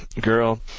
girl